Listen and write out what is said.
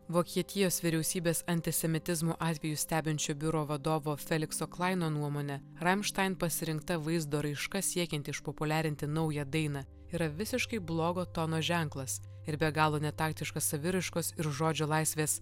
vokietijos vyriausybės antisemitizmo atvejų stebinčio biuro vadovo felikso klaino nuomone rammstein pasirinkta vaizdo raiška siekiant išpopuliarinti naują dainą yra visiškai blogo tono ženklas ir be galo netaktiška saviraiškos ir žodžio laisvės